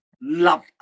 love